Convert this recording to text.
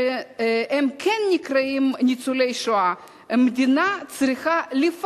שהם כן נקראים ניצולי שואה, המדינה צריכה לתת